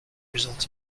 result